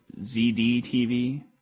ZDTV